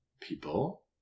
people